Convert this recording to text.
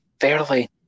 fairly